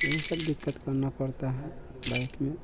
यही सब दिक्कत करना पड़ता है बाइक में